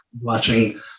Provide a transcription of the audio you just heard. watching